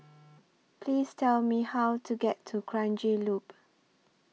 Please Tell Me How to get to Kranji Loop